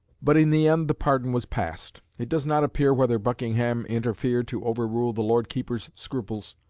but in the end the pardon was passed. it does not appear whether buckingham interfered to overrule the lord keeper's scruples.